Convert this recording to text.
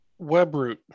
WebRoot